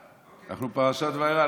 אנחנו בפרשת וארא.